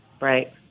Right